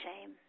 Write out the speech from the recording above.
shame